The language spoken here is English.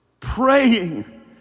praying